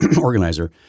organizer